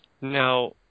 Now